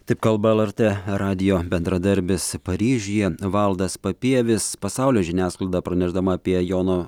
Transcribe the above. taip kalba lrt radijo bendradarbis paryžiuje valdas papievis pasaulio žiniasklaida pranešdama apie jono